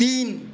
তিন